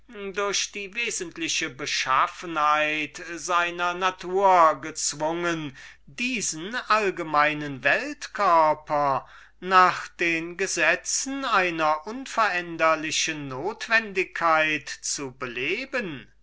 durch die wesentliche beschaffenheit seiner natur gezwungen diesen allgemeinen weltkörper nach den gesetzen einer unveränderlichen notwendigkeit zu beleben